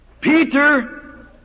Peter